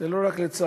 לצערנו זה לא רק אצל